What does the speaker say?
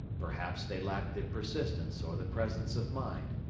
perhaps they lacked the persistence or the presence of mind,